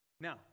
Now